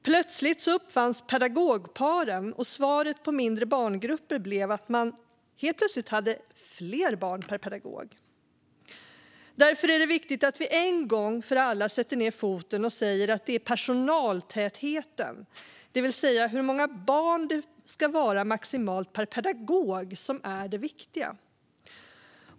Plötsligt uppfanns pedagogparen, och svaret på mindre barngrupper blev att man helt plötsligt hade fler barn per pedagog. Därför är det viktigt att vi en gång för alla sätter ned foten och säger att det är personaltätheten, det vill säga hur många barn det maximalt ska vara per pedagog, som är det viktiga.